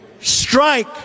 strike